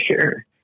sure